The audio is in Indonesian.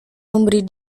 memberi